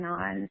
on